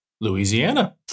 Louisiana